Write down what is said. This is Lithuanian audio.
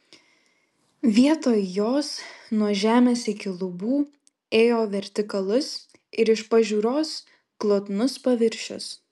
vietoj jos nuo žemės iki lubų ėjo vertikalus ir iš pažiūros glotnus paviršius